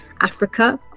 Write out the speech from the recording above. Africa